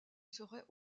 seraient